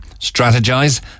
strategize